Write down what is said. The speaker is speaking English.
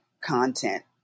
content